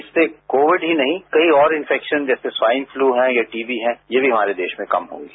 इससे कोविड ही नहीं और इंफेक्शन जैसे स्वाइन पलू हैं या टीबी हैं ये भी हमारे देश में कम होंगे